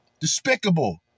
despicable